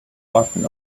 button